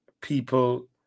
people